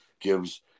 gives